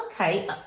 okay